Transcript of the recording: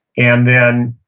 and then,